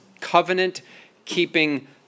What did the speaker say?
covenant-keeping